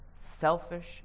selfish